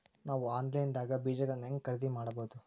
ನಾವು ಆನ್ಲೈನ್ ದಾಗ ಬೇಜಗೊಳ್ನ ಹ್ಯಾಂಗ್ ಖರೇದಿ ಮಾಡಬಹುದು?